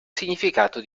significato